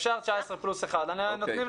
אפשר 19 פלוס מורה.